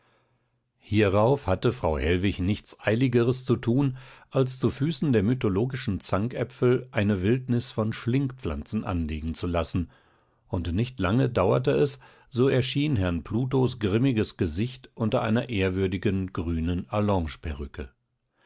hierauf hatte frau hellwig nichts eiligeres zu thun als zu füßen der mythologischen zankäpfel eine wildnis von schlingpflanzen anlegen zu lassen und nicht lange dauerte es so erschien herrn plutos grimmiges gesicht unter einer ehrwürdigen grünen